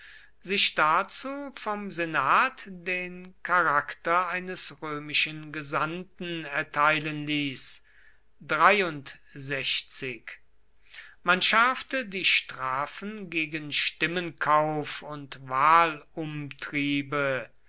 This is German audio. sich dazu vom senat den charakter eines römischen gesandten erteilen ließ man schärfte die strafen gegen stimmenkauf und